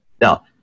Now